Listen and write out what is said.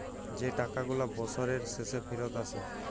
যে টাকা গুলা বসরের শেষে ফিরত আসে